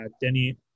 Denny